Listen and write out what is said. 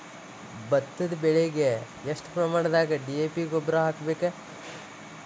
ಭತ್ತದ ಬೆಳಿಗೆ ಎಷ್ಟ ಪ್ರಮಾಣದಾಗ ಡಿ.ಎ.ಪಿ ಗೊಬ್ಬರ ಹಾಕ್ಬೇಕ?